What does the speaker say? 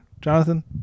Jonathan